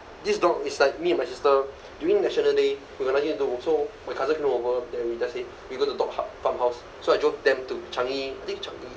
this dog is like me and my sister during national day we got nothing to do so my cousin flew over then we just say we go to the dog h~ farmhouse so I drove them to changi I think changi